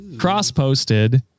Cross-posted